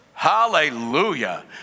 hallelujah